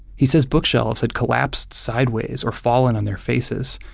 he says bookshelves had collapsed sideways or fallen on their faces,